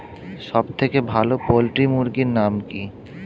সবথেকে ভালো পোল্ট্রি মুরগির নাম কি?